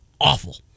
awful